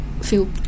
feel